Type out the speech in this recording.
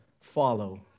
follow